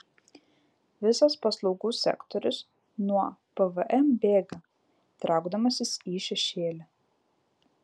visas paslaugų sektorius nuo pvm bėga traukdamasis į šešėlį